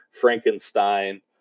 Frankenstein